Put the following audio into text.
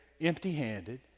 empty-handed